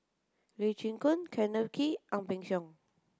Lee Chin Koon Kenneth Kee Ang Peng Siong